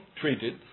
treated